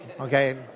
okay